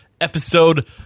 episode